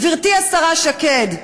גברתי השרה שקד.